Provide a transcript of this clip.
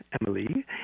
Emily